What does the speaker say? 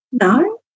No